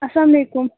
السلام علیکُم